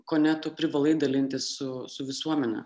kone tu privalai dalintis su su visuomene